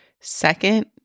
Second